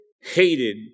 hated